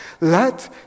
Let